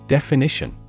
Definition